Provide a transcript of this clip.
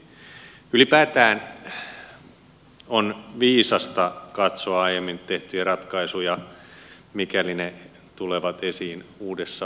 ylipäätään on viisasta katsoa aiemmin tehtyjä ratkaisuja mikäli ne tulevat esiin uudessa valossa